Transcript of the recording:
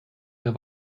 der